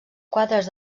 quadres